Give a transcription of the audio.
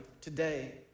today